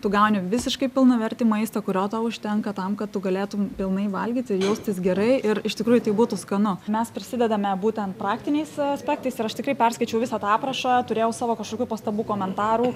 tu gauni visiškai pilnavertį maistą kurio tau užtenka tam kad tu galėtum pilnai valgyti jaustis gerai ir iš tikrųjų tai būtų skanu mes prisidedame būtent praktiniais aspektais ir aš tikrai perskaičiau visą tą aprašą turėjau savo kažkokių pastabų komentarų